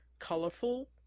colorful